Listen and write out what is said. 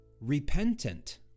repentant